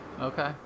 Okay